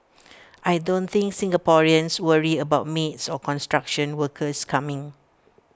I don't think Singaporeans worry about maids or construction workers coming